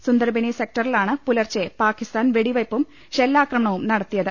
സുന്ദർ ബെനി സെക്ടറിലാണ് പുലർച്ചെ പാകിസ്താൻ വെടിവെപ്പും ഷെല്ലാക്രമണവും നടത്തിയത്